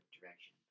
direction